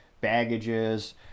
baggages